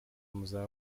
muza